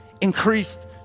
increased